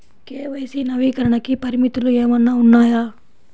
KYC నవీకరణకి పరిమితులు ఏమన్నా ఉన్నాయా?